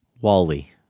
Wally